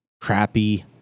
crappy